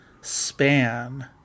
span